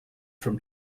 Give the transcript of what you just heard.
from